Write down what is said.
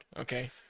okay